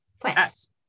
plants